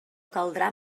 caldrà